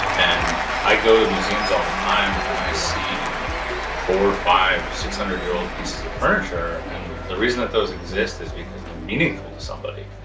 and i go to museums all the time and i see four or five six hundred year old pieces of furniture and the reason that those exist is because they're meaningful to somebody.